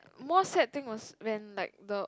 more sad thing was when like the